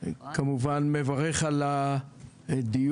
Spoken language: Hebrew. אני כמובן מברך על הדיון.